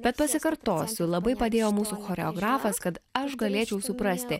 bet pasikartosiu labai padėjo mūsų choreografas kad aš galėčiau suprasti